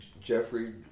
Jeffrey